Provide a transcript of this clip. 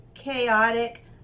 chaotic